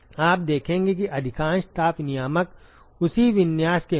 आप देखेंगे कि अधिकांश ताप विनियामक उसी विन्यास के होंगे